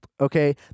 Okay